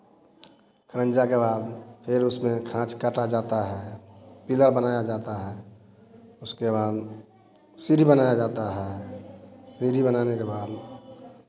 खारंजा के बाद फिर उसमें खाँच काटा जाता है पीलर बनाया जाता है उसके बाद सीढ़ी बनाया जाता है सीढ़ी बनाने के बाद